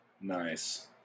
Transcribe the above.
Nice